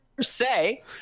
say